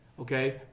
okay